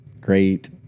Great